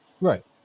Right